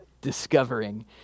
discovering